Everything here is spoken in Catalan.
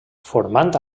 formant